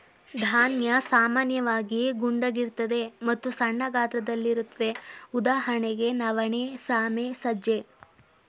ಧಾನ್ಯ ಸಾಮಾನ್ಯವಾಗಿ ಗುಂಡಗಿರ್ತದೆ ಮತ್ತು ಸಣ್ಣ ಗಾತ್ರದಲ್ಲಿರುತ್ವೆ ಉದಾಹರಣೆಗೆ ನವಣೆ ಸಾಮೆ ಸಜ್ಜೆ